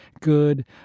good